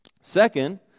Second